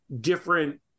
different